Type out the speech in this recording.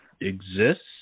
exists